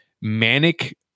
manic